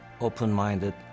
open-minded